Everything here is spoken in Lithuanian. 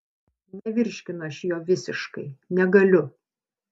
nevirškinu aš jo visiškai negaliu